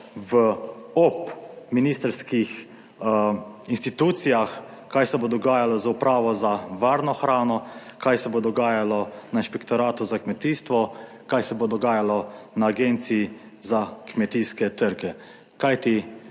v, ob ministrskih institucijah, kaj se bo dogajalo z Upravo za varno hrano, kaj se bo dogajalo na Inšpektoratu za kmetijstvo, kaj se bo dogajalo na Agenciji za kmetijske trge, kajti